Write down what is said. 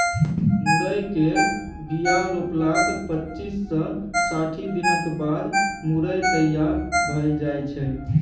मुरय केर बीया रोपलाक पच्चीस सँ साठि दिनक बाद मुरय तैयार भए जाइ छै